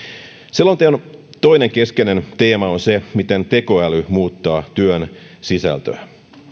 selonteon toinen keskeinen teema on se miten tekoäly muuttaa työn sisältöä